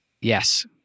Yes